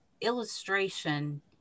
illustration